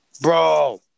Bro